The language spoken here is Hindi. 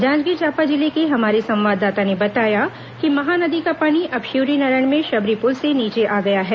जांजगीर चांपा जिले से हमारे संवाददता ने बताया कि महानदी का पानी अब शिवरीनारायण में शबरी पुल से नीचे आ गया है